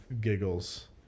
giggles